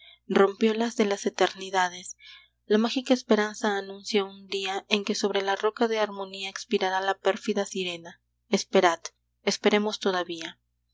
agrestes rompeolas de las eternidades la mágica esperanza anuncia un día en que sobre la roca de armonía expirará la pérfida sirena esperad esperemos todavía